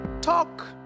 Talk